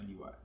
UI